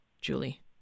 Julie